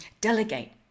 delegate